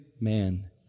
man